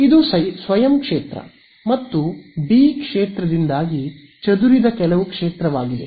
ಇದು ಸ್ವಯಂ ಕ್ಷೇತ್ರ ಮತ್ತು ಬಿ ಕ್ಷೇತ್ರದಿಂದಾಗಿ ಚದುರಿದ ಕೆಲವು ಕ್ಷೇತ್ರವಾಗಿದೆ